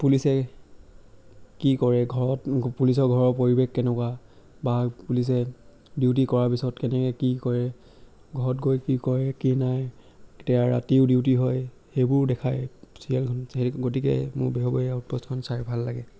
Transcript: পুলিচে কি কৰে ঘৰত পুলিচৰ ঘৰৰ পৰিৱেশ কেনেকুৱা বা পুলিচে ডিউটি কৰাৰ পিছত কেনেকৈ কি কৰে ঘৰত গৈ কি কৰে কি নাই কেতিয়া ৰাতিও ডিউটি হয় সেইবোৰ দেখায় ছিৰিয়েলখনত গতিকে মোৰ বেহৰবাৰী আউটপোষ্টখন চাই ভাল লাগে